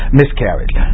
miscarriage